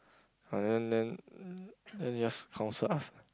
uh then then then just counsel us